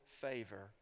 favor